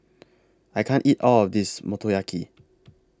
I can't eat All of This Motoyaki